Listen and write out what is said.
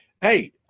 hey